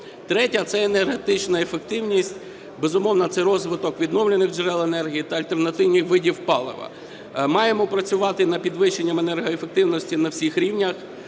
Третє. Це енергетична ефективність. Безумовно, це розвиток відновлювальних джерел енергії та альтернативних видів палива. Маємо працювати над підвищенням енергоефективності на всіх рівнях.